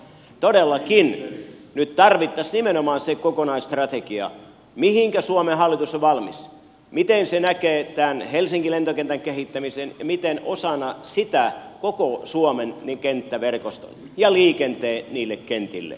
todellakin nyt tarvittaisiin nimenomaan se kokonaisstrategia mihinkä suomen hallitus on valmis miten se näkee tämän helsingin lentokentän kehittämisen ja miten osana sitä koko suomen kenttäverkoston ja liikenteen niille kentille